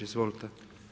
Izvolite.